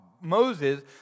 Moses